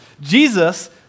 Jesus